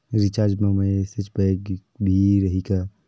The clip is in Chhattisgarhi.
रिचार्ज मा मैसेज पैक भी रही का?